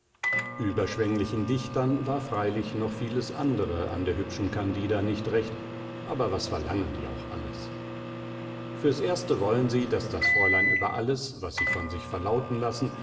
überschwenglichen dichtern war freilich noch vieles andere an der hübschen candida nicht recht aber was verlangen die auch alles fürs erste wollen sie daß das fräulein über alles was sie von sich verlauten lassen